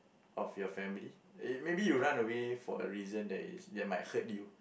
of your family eh maybe you run away for a reason that is that might hurt you